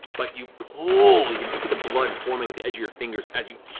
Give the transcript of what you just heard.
but you pull, you can see the blood forming at the edge of your fingers as you